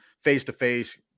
face-to-face